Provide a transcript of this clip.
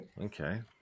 Okay